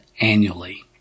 annually